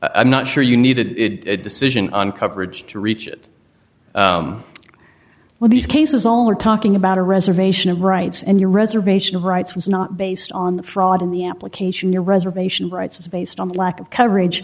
i'm not sure you needed it decision on coverage to reach it well these cases all are talking about a reservation of rights and your reservation of rights was not based on the fraud in the application your reservation rights is based on lack of coverage